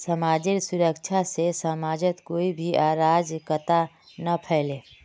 समाजेर सुरक्षा से समाजत कोई भी अराजकता ना फैले